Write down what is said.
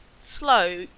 slow